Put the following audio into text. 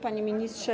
Panie Ministrze!